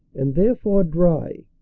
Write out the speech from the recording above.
and therefore dry.